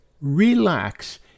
relax